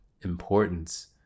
importance